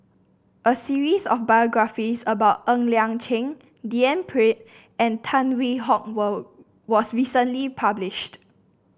a series of biographies about Ng Liang Chiang D N Pritt and Tan Hwee Hock was recently published